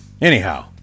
Anyhow